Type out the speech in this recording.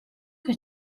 che